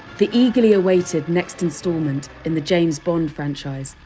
the eagerly awaited next instalment, in the james bond franchise,